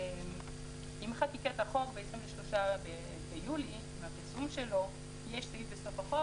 עם חקיקת החוק ופרסומו ב-3 ביולי יש סעיף בסוף החוק